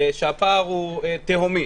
שהפער הוא תהומי.